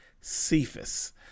Cephas